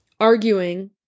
arguing